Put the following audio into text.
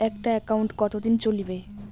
একটা একাউন্ট কতদিন চলিবে?